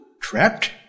Trapped